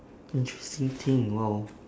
interesting thing !wow!